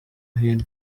hino